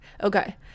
okay